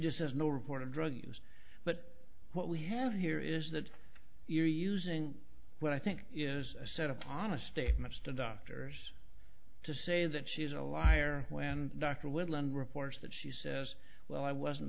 just says no report of drugs but what we have here is that you're using what i think is a set upon a statements to doctors to say that she is a liar when dr woodland reports that she says well i wasn't